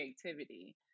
creativity